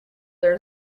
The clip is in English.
there